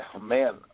man